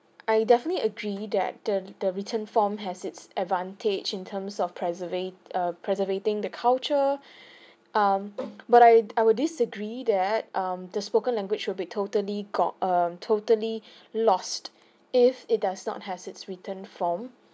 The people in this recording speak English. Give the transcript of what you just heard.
I definitely agree that the the written form has its advantage in terms of preservate~ err preservating the culture um but I I would disagree that um the spoken language will be totally got err totally lost if it does not has its written form